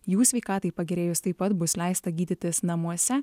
jų sveikatai pagerėjus taip pat bus leista gydytis namuose